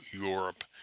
Europe